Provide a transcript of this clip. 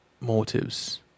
motives